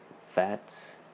fats